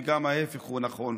וגם ההפך הוא נכון.